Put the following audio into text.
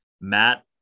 matt